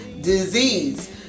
Disease